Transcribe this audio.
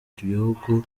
gihugu